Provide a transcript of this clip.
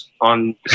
on